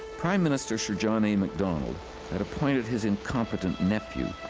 prime minister sir john a. macdonald had appointed his incompetent nephew,